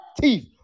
teeth